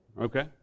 Okay